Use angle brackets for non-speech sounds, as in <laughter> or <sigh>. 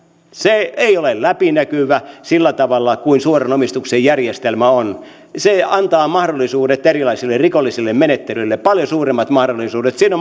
se ei ole läpinäkyvä sillä tavalla kuin suoran omistuksen järjestelmä on se antaa mahdollisuudet erilaisille rikollisille menettelyille paljon suuremmat mahdollisuudet siinä <unintelligible>